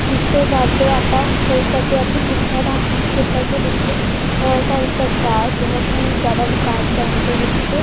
ਇਸ ਤੋਂ ਵੱਧ ਆਪਾਂ ਦੇਖ ਸਕਦੇ ਹਾਂ ਕਿ ਸਿੱਖਿਆ ਦਾ ਖੇਤਰ ਦੇ ਵਿੱਚ ਸਾਡੀ ਸਰਕਾਰ ਬਹੁਤ ਹੀ ਜ਼ਿਆਦਾ ਵਿਕਾਸ ਕਰਨ ਦੇ ਵਿੱਚ